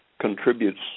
contributes